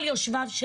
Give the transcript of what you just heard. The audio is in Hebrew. על יושביו,